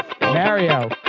Mario